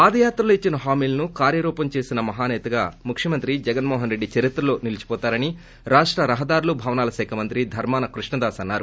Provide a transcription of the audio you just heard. పాదయాత్రలో ఇచ్చిన హామీలను కార్వరూపం చేసిన మహానేతగా ముఖ్వమంత్రి జగన్ మోహన్ రెడ్డి చరిత్రలో నిలిచిపోతారని రాష్ట రహదారులు భవనాల్ శాఖ మంత్రి ధర్మాన కృష్ణదాస్ అన్నారు